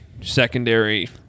secondary